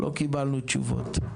לא קיבלנו תשובות.